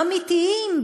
אמיתיים,